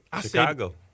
Chicago